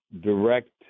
direct